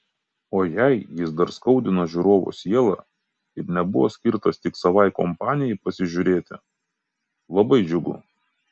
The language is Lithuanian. o jei jis dar skaudina žiūrovo sielą ir nebuvo skirtas tik savai kompanijai pasižiūrėti labai džiugu